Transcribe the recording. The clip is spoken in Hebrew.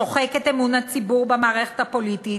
שוחק את אמון הציבור במערכת הפוליטית,